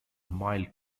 mild